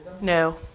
No